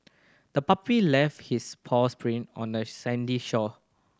the puppy left his paws print on the sandy shore